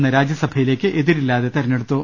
നിന്ന് രാജ്യസഭയിലേക്ക് എതിരില്ലാതെ തെരഞ്ഞെടുത്തു